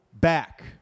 back